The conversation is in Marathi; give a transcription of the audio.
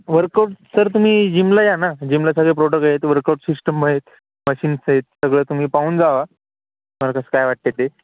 वर्कआउट सर र तुम्ही जिमला या ना जिमला सगळे प्रॉडक्ट आहे वर्कआउट सिस्टम आहेत मशीन्स तर सगळं तुम्ही पाहून जा तुम्हाला कसं काय वाटतं आहे ते